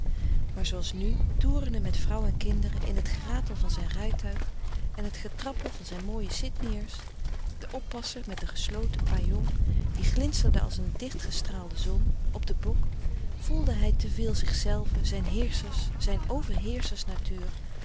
maar zooals nu toerende met vrouw en kinderen in het geratel van zijn rijtuig en het getrappel van zijn mooie sydney ers den oppasser met den gesloten pajong die glinsterde als een dichtgestraalde zon op den bok voelde hij te veel zichzelven zijn heerschers zijn